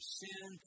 sin